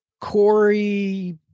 Corey